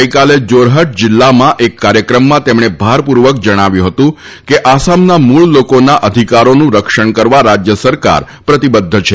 ગઇકાલે જોરહટ જીલ્લામાં એક કાર્યક્રમમાં તેમણે ભારપૂર્વક જણાવ્યું હતું કે આસામના મૂળ લોકોના અધિકારોનું રક્ષણ કરવા રાજય સરકાર પ્રતિબધ્ધ છે